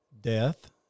death